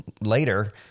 later